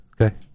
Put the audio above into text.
Okay